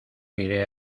iré